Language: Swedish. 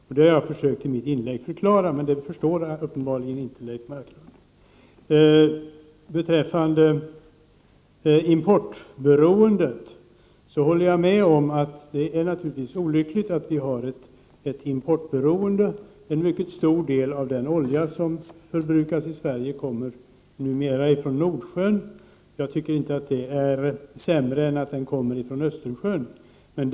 Jag har försökt förklara detta i mitt inlägg, men det förstår uppenbarligen inte Leif Marklund. Beträffande importberoendet håller jag med om att det naturligtvis är olyckligt att vi har ett sådant. En mycket stor del av den olja som förbrukas 97 i Sverige kommer numera ifrån Nordsjön. Jag tycker inte att det är sämre än om den skulle komma från Östersjön.